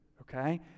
okay